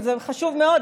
וזה חשוב מאוד,